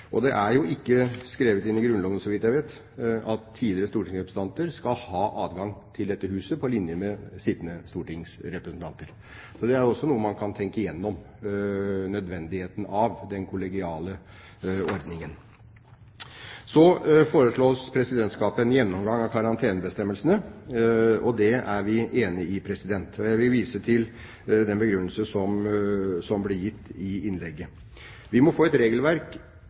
Det er jo ikke skrevet inn i Grunnloven, så vidt jeg vet, at tidligere stortingsrepresentanter skal ha adgang til dette huset på linje med sittende stortingsrepresentanter. Så den kollegiale ordningen er også noe man kan tenke igjennom nødvendigheten av. Så foreslår Presidentskapet en gjennomgang av karantenebestemmelsene. Det er vi enig i. Jeg vil vise til den begrunnelse som ble gitt i innlegget. Vi må få et regelverk